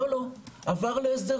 לא, לא, עבר להסדר